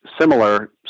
similar